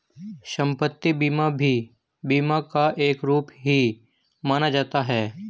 सम्पत्ति बीमा भी बीमा का एक रूप ही माना जाता है